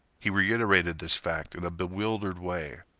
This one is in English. he reiterated this fact in a bewildered way,